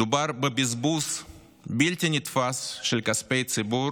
מדובר בבזבוז בלתי נתפס של כספי ציבור